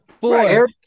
Four